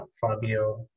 Fabio